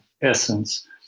essence